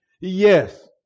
Yes